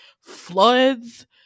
floods